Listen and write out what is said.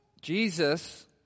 Jesus